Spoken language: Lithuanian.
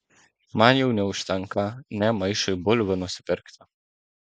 man jau neužtenka nė maišui bulvių nusipirkti